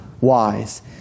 wise